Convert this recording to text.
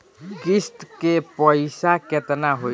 किस्त के पईसा केतना होई?